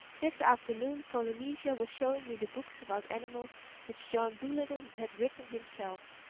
this afternoon polynesia was showing me the books about animals which john dolittle had written himself.